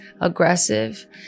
aggressive